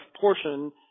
portion